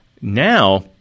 now –